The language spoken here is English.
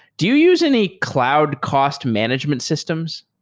do you use any cloud cost management systems?